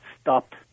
stopped